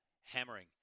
hammering